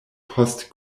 post